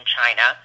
China